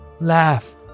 laugh